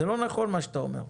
זה לא נכון מה שאתה אומר.